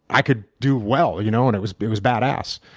i could do well you know and it was it was bad ass.